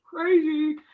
crazy